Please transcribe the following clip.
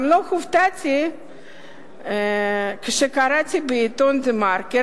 גם לא הופתעתי כשקראתי בעיתון "דה מרקר"